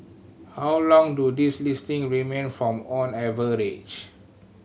how long do these listing remain from on average